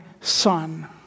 son